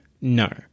No